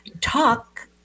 Talk